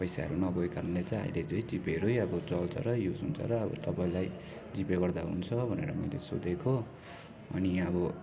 पैसाहरू नबोकेको कारणले चाहिँ अहिले चाहिँ जिपेहरू यही अहिले चाहिँ चल्छ र युज हुन्छ र अब तपाईँलाई जिपे गर्दा हुन्छ भनेर मैले सोधेको अनि अब